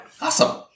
Awesome